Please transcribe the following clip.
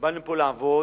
מה לעשות,